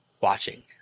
watching